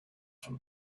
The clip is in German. von